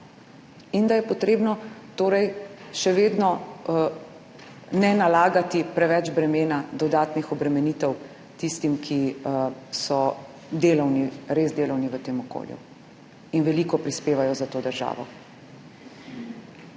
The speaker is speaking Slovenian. in da torej še vedno ne nalagamo preveč bremen in dodatnih obremenitev tistim, ki so res delovni v tem okolju in veliko prispevajo za to državo.